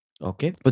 Okay